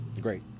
Great